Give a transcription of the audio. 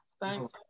thanks